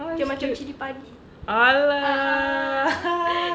oh that's cute !alah!